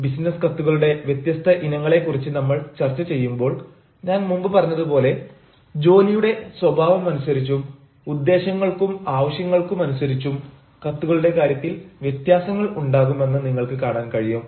business കത്തുകളുടെ വ്യത്യസ്ത ഇനങ്ങളെ കുറിച്ച് നമ്മൾ ചർച്ച ചെയ്യുമ്പോൾ ഞാൻ മുമ്പ് പറഞ്ഞതുപോലെ ജോലിയുടെ സ്വഭാവം അനുസരിച്ചും ഉദ്ദേശങ്ങൾക്കും ആവശ്യങ്ങൾക്കുമനുസരിച്ചും കത്തുകളുടെ കാര്യത്തിൽ വ്യത്യാസങ്ങൾ ഉണ്ടാകുമെന്ന് നിങ്ങൾക്ക് കാണാൻ കഴിയും